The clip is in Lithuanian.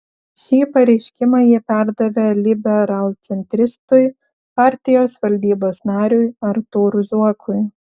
šį pareiškimą ji perdavė liberalcentristui partijos valdybos nariui artūrui zuokui